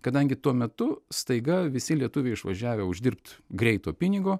kadangi tuo metu staiga visi lietuviai išvažiavę uždirbt greito pinigo